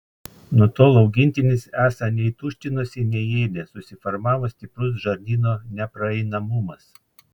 nuo tol augintinis esą nei tuštinosi nei ėdė susiformavo stiprus žarnyno nepraeinamumas